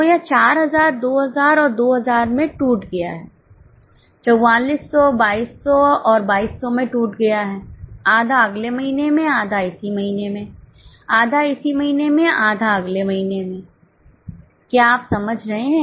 तो यह 4000 2000 और 2000 में टूट गया है 4400 2200 और 2200 में टूट गया है आधा अगले महीने में आधा इसी महीने में आधा इसी महीने में आधा अगले महीने में क्या आप समझ रहे हैं